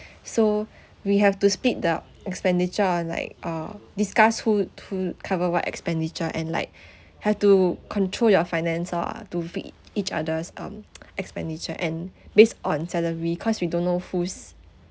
so we have to split the expenditure like uh discuss who'd who'd cover what expenditure and like have to control your finance ah to fit each other's um expenditure and based on salary cause we don't know who's